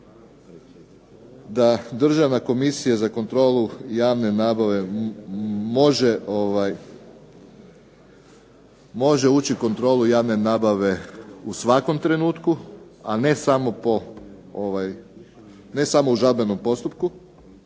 da državna komisija za kontrolu javne nabave može ući u kontrolu javne nabave u svakom trenutku, a ne samo u žalbenom postupku.